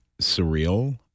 surreal